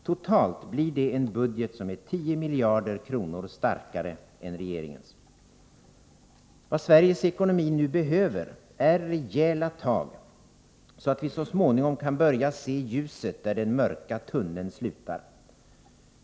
Totalt sett blir det en budget som är 10 miljarder kronor starkare än regeringens. Vad Sveriges ekonomi nu behöver är nämligen rejäla tag, så att vi så småningom kan börja se ljuset där den mörka tunneln slutar.